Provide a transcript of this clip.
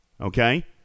Okay